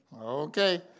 Okay